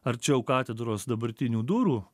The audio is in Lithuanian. arčiau katedros dabartinių durų